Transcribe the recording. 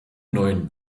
neuen